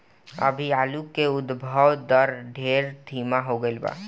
अभी आलू के उद्भव दर ढेर धीमा हो गईल बा